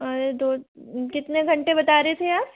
अरे दो कितने घंटे बता रहे थे आप